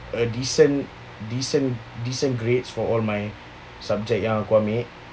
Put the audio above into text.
a decent decent decent grades for all my subject yang aku ambil